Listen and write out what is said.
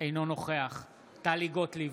אינו נוכח טלי גוטליב,